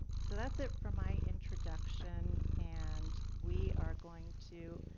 so that's it for my introduction, and we are going to,